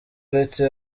uretse